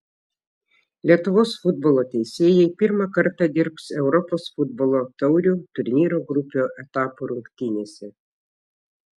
lietuvos futbolo teisėjai pirmą kartą dirbs europos futbolo taurių turnyro grupių etapo rungtynėse